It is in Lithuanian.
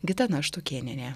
gitana štukėnienė